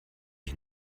ich